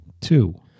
Two